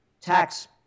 tax